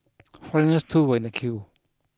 foreigners too were in the queue